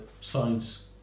science